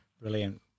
Brilliant